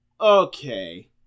Okay